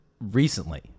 recently